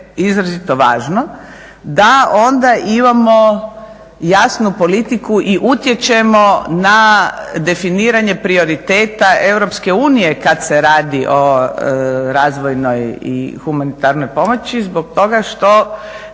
izrazito važno da onda imamo jasnu politiku i utječemo na definiranje prioriteta Europske unije kada se radio o razvojnoj i humanitarnoj pomoći zbog toga što